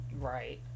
right